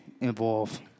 Involved